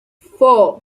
four